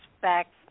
back